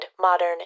modern